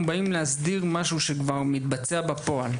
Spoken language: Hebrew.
אנחנו באים להסדיר משהו שכבר מתבצע בפועל.